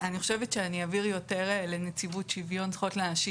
אני חושבת שאני אעביר יותר לנציבות שוויון זכויות לאנשים